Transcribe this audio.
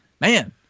man